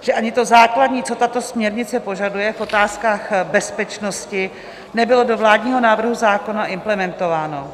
že ani to základní, co tato směrnice požaduje v otázkách bezpečnosti, nebylo do vládního návrhu zákona implementováno.